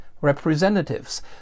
representatives